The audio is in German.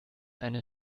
eine